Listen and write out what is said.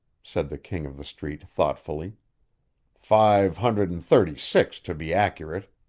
said the king of the street thoughtfully five hundred and thirty-six, to be accurate.